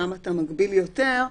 ששם אתה מגביל יותר,